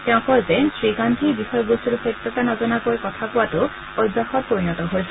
তেওঁ কয় যে শ্ৰীগান্ধীয়ে বিষয়বস্তুৰ সত্যতা নজনাকৈ কথা কোৱাতো অভ্যাসত পৰিণত হৈছে